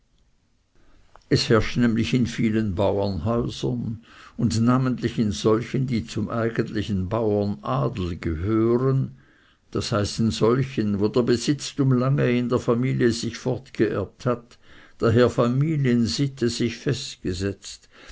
es herrscht nämlich in vielen bauernhäusern und namentlich in solchen die zum eigentlichen bauernadel gehören das heißt in solchen wo der besitztum lange in der familie sich fortgeerbt hat daher familiensitte sich festgesetzt